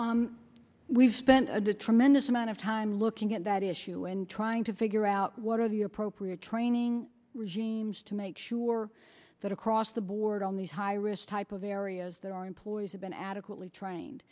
we've spent a tremendous amount of time looking at that issue and trying to figure out what are the appropriate training regimes to make sure that across the board on these high risk type of areas there are employees have been adequately trained